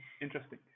interesting